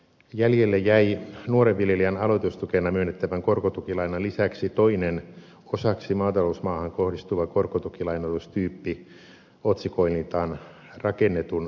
jäljelle jäi nuoren viljelijän aloitustukena myönnettävän korkotukilainan lisäksi toinen osaksi maatalousmaahan kohdistuva korkotukilainoitustyyppi otsikoinniltaan rakennetun maatalouskiinteistön hankinta